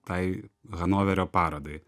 tai hanoverio parodai